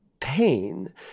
Pain